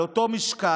על אותו משקל,